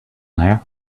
there